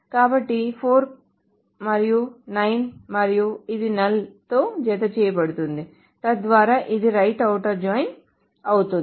కాబట్టి 4 మరియు 9 మరియు ఇది నల్ తో జతచేయబడుతుంది తద్వారా ఇది రైట్ ఔటర్ జాయిన్ అవుతుంది